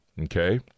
Okay